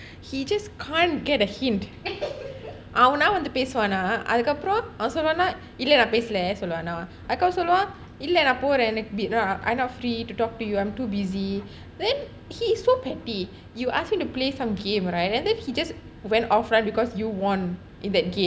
he just can't get a hint அவனா வந்து பேசுவான அதுக்கு அப்போறம் அவன் சொல்வானா இல்ல நான் பேசல சொல்வானா அதுக்கு அப்போறம் சொல்வான் இல்ல நான் போரேன் நான் இப்படித்தான்:aavanaa cantu pesuvaana athukku apporam avan solvaana illa naan pestle solvaana athukku apporam illa naan poraen naan ippadithaan I not free to talk to you I am too busy then he is so petty you ask him to play some game right and then he just went off lah because you won in that game